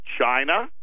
China